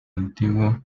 antiguo